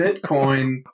Bitcoin